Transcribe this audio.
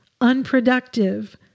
unproductive